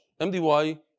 MDY